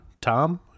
Tom